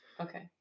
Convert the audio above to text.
Okay